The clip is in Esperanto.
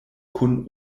kun